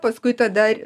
paskui tada